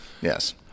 Yes